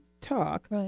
talk